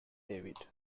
david